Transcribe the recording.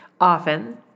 Often